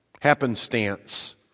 Happenstance